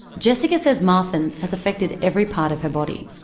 jessica says marfan's has affected every part of her body.